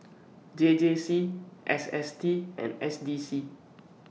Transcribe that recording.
J J C S S T and S D C